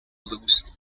loose